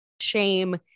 Shame